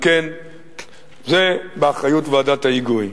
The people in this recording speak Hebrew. זה באחריות ועדת ההיגוי.